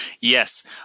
Yes